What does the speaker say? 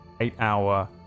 eight-hour